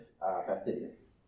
fastidious